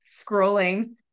scrolling